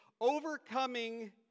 overcoming